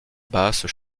basses